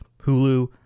Hulu